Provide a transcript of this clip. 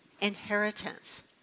inheritance